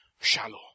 shallow